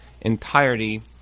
entirety